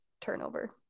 turnover